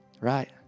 right